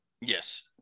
yes